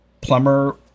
Plumber